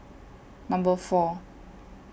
Number four